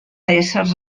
éssers